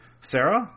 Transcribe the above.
Sarah